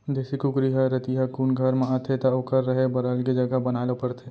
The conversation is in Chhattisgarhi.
देसी कुकरी ह रतिहा कुन घर म आथे त ओकर रहें बर अलगे जघा बनाए ल परथे